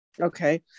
Okay